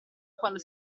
quando